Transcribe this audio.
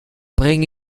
bring